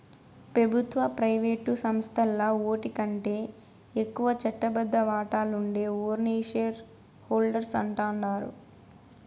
పెబుత్వ, ప్రైవేటు సంస్థల్ల ఓటికంటే ఎక్కువ చట్టబద్ద వాటాలుండే ఓర్ని షేర్ హోల్డర్స్ అంటాండారు